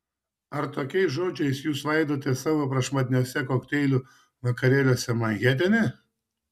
ar tokiais žodžiais jūs svaidotės savo prašmatniuose kokteilių vakarėliuose manhetene